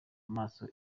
amaso